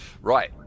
Right